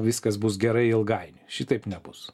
viskas bus gerai ilgainiui šitaip nebus